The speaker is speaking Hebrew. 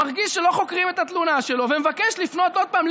מרגיש שלא חוקרים את התלונה שלו ומבקש לפנות עוד פעם,